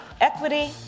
Equity